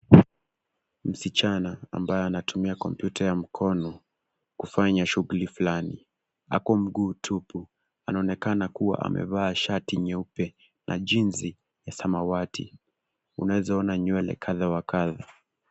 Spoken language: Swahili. Msichana ambaye anatumia kompyuta ya mkono kufanya shughuli fulani. Ako mguu tupu anaokana kuwa amevaa shati nyeupe na jinzi ya samawati. Unaweza ona nywele kadhaa wa kadhaa.